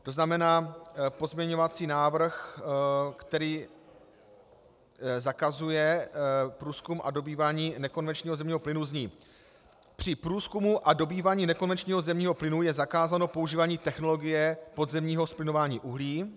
To znamená pozměňovací návrh, který zakazuje průzkum a dobývání nekonvenčního zemního plynu, zní: Při průzkumu a dobývání nekonvenčního zemního plynu je zakázáno používání technologie podzemního zplyňování uhlí.